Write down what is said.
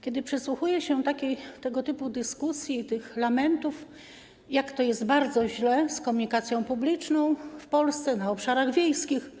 Kiedy przysłuchuje się tego typu dyskusji, tym lamentom, jak to jest bardzo źle z komunikacją publiczną w Polsce na obszarach wiejskich.